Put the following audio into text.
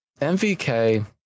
MVK